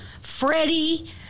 Freddie